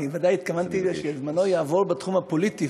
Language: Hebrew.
אני ודאי התכוונתי שזמנו יעבור בתחום הפוליטי.